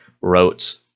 wrote